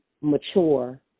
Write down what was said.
mature